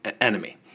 enemy